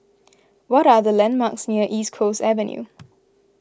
what are the landmarks near East Coast Avenue